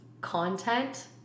content